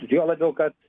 juo labiau kad